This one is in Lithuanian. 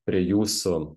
prie jūsų